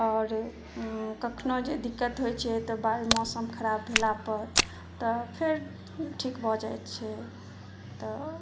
आओर कखनो जे दिक्कत होइ छै तऽ बाइ मौसम खराब भेला पर तऽ फेर ठीक भऽ जाइ छै तऽ